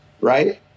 right